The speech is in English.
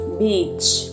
beach